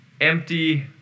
empty